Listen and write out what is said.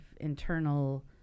internal